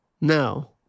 No